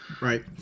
Right